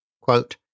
quote